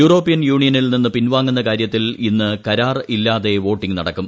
European യൂണിയനിൽ നിന്ന് പിൻവാങ്ങുന്ന കാര്യത്തിൽ ഇന്ന് കരാർ ഇല്ലാതെ വോട്ടിംഗ് നടക്കും